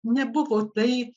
nebuvo tai